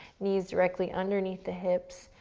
knees directly underneath the hips.